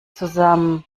zusammen